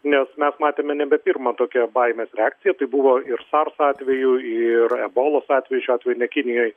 nes mes matėme nebe pirmą tokią baimės reakciją tai buvo ir sars atveju ir ebolos atveju šiuo atveju ne kinijoj